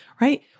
Right